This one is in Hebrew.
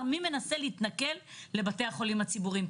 מי מנסה להתנכל לבתי החולים הציבוריים.